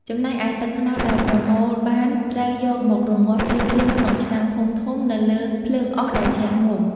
ចំណែកឯ ទឹកត្នោតដែលប្រមូលបានត្រូវយកមករំងាស់ភ្លាមៗក្នុងឆ្នាំងធំៗនៅលើភ្លើងអុសដែលឆេះងំ។